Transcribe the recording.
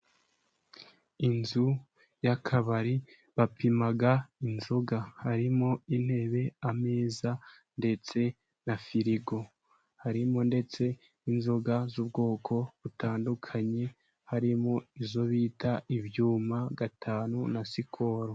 Inzu y'akabari bapima inzoga. Harimo intebe ,ameza ndetse na firigo. Harimo ndetse n'inzoga z'ubwoko butandukanye. Harimo izo bita ibyuma gatanu na skol.